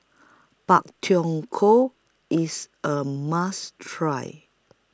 Pak Thong Ko IS A must Try